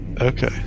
Okay